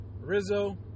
Rizzo